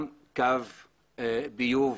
שם יש קו ביוב